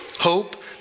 Hope